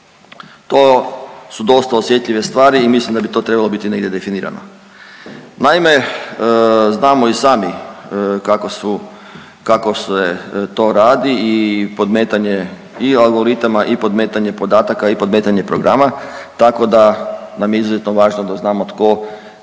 To su dosta osjetljive stvari i mislim da bi to trebalo biti negdje definirano. Naime, znamo i sami kako se to radi i podmetanje i algoritama i podmetanje podataka i podmetanje programa, tako da nam je izuzetno važno da znamo tko